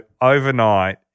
overnight